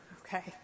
Okay